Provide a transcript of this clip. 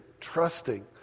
trusting